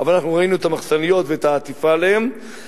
אבל אנחנו ראינו את המחסניות ואת העטיפה עליהן,